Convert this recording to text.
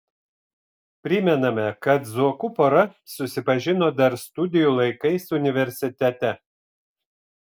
primename kad zuokų pora susipažino dar studijų laikais universitete